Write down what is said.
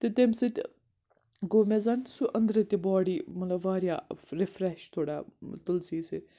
تہٕ تَمہِ سۭتۍ گوٚو مےٚ زَن سُہ أنٛدرٕ تہِ باڈی مطلب واریاہ رِفرٮ۪ش تھوڑا تُلسی سۭتۍ